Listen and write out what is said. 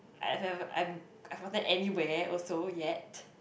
I've ever I'm I've gotten anywhere also yet